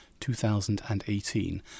2018